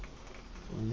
mm